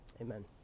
Amen